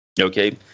Okay